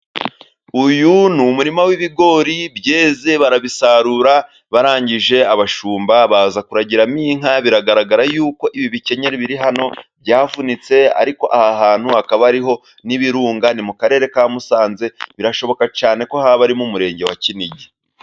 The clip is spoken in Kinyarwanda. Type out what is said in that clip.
Uyu ni umurima w'ibigori byeze barabisarura barangije abashumba baza kuragiramo inka biragaragara yuko ibi bikenyeri biri hano byavunitse ariko aha hantu hakaba ariho n'ibirunga. Ni mu Karere ka Musanze birashoboka cyane ko haba ari mu Murenge wa Kinigi.